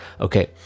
Okay